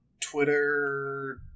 Twitter